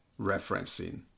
referencing